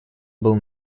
был